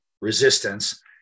resistance